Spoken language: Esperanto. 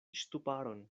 ŝtuparon